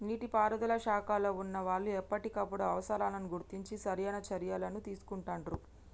నీటి పారుదల శాఖలో వున్నా వాళ్లు ఎప్పటికప్పుడు అవసరాలను గుర్తించి సరైన చర్యలని తీసుకుంటాండ్రు